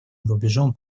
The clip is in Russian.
рубежом